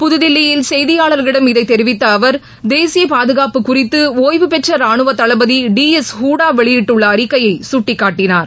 புது தில்லியில் செய்தியாளர்களிடம் இதை தெரிவித்த அவர் தேசிய பாதுகாப்பு குறித்து ஒய்வு பெற்ற ராணுவத் தளபதி டி எஸ் ஹூடா வெளியிட்டுள்ள அறிக்கையை அவர் சுட்டிக்காட்டினார்